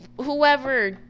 whoever